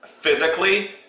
physically